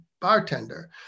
bartender